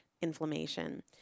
inflammation